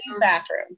bathroom